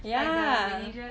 ya